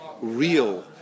real